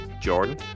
Jordan